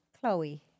Chloe